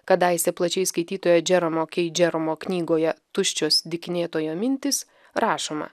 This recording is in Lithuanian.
kadaise plačiai skaitytoje džero kei džeromo knygoje tuščios dykinėtojo mintys rašoma